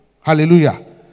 hallelujah